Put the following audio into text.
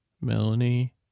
Melanie